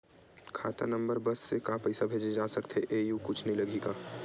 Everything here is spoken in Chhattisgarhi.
खाता नंबर बस से का पईसा भेजे जा सकथे एयू कुछ नई लगही का?